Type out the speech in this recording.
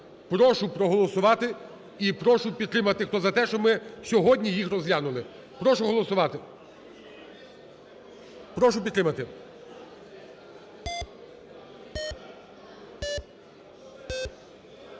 Прошу проголосувати і прошу підтримати, хто за те, щоб ми сьогодні їх розглянули. Прошу голосувати. Прошу підтримати.